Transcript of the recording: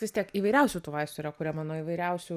vis tiek įvairiausių tų vaistų yra kuriama nuo įvairiausių